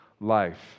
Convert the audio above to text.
life